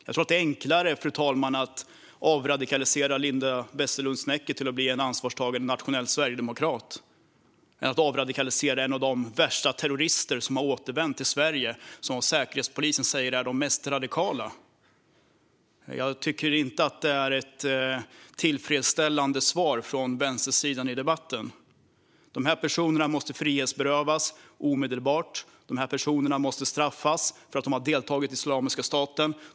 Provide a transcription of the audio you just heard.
Jag tror, fru talman, att det är enklare att avradikalisera Linda Westerlund Snecker till att bli en ansvarstagande nationell sverigedemokrat än att avradikalisera en av dessa terrorister som har återvänt till Sverige och som av Säkerhetspolisen kallas de mest radikala. Jag tycker inte att vi får ett tillfredsställande svar från vänstersidan i debatten. Dessa personer måste frihetsberövas omedelbart. De måste straffas för att de har deltagit i Islamiska staten.